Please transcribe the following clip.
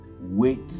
wait